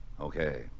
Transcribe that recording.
Okay